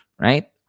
Right